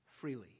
Freely